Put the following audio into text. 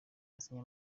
basinye